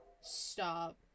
Stop